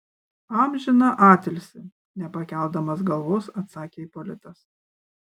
amžiną atilsį nepakeldamas galvos atsakė ipolitas